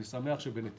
אני שמח שבנתיבות,